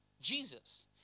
Jesus